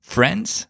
Friends